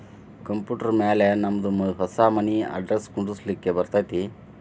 Computer ಮ್ಯಾಲೆ ನಮ್ದು ಹೊಸಾ ಮನಿ ಅಡ್ರೆಸ್ ಕುಡ್ಸ್ಲಿಕ್ಕೆ ಬರತೈತ್ರಿ?